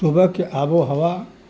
صبح کے آب و ہوا